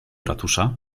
ratusza